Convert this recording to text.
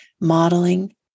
modeling